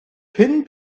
pum